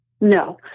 No